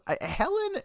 Helen